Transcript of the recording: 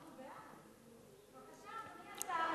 אנחנו בעד.